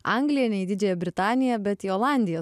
angliją nei į didžiąją britaniją bet į olandijos